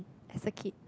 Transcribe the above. as a kid